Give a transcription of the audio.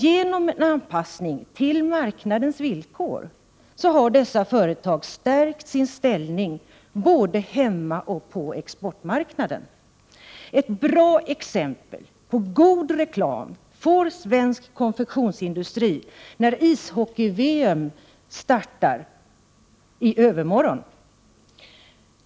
Genom en anpassning till marknadens villkor har dessa företag stärkt sin ställning både hemma och på exportmarknaden. Ett bra exempel på en god reklam får svensk konfektionsindustri när ishockey-VM startar i övermorgon.